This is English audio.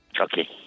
Okay